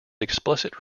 explicit